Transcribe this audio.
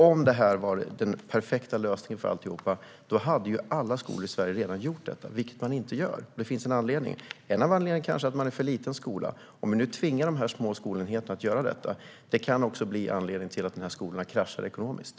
Om lovskola var den perfekta lösningen skulle alla skolor redan ha infört det, vilket de inte har. En anledning är kanske att man är en liten skola. Om vi tvingar små skolenheter att införa detta kan de krascha ekonomiskt.